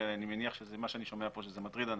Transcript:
ואני שומע כאן שזה מטריד אנשים,